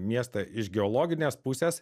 miestą iš geologinės pusės